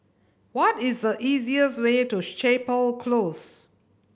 what is the easiest way to Chapel Close